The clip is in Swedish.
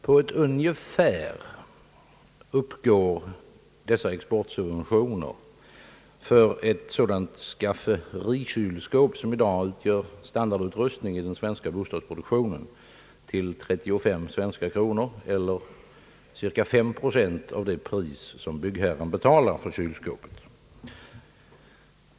På ett ungefär uppgår exportsubventionerna för ett sådant skafferikylskåp som i dag utgör standardutrustning i den svenska bostadsproduktionen till 35 svenska kronor, eller cirka 5 procent av det pris som byggherren betalar för kylskåpet.